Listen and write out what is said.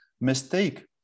mistake